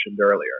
earlier